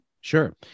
Sure